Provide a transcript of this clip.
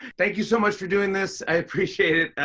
thank you so much for doing this. i appreciate it.